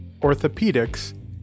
orthopedics